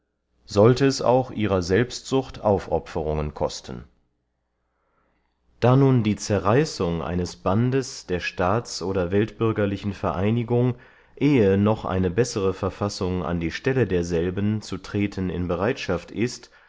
sollte es auch ihrer selbstsucht aufopferungen kosten da nun die zerreißung eines bandes der staats oder weltbürgerlichen vereinigung ehe noch eine bessere verfassung an die stelle derselben zu treten in bereitschaft ist